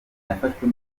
yafashwe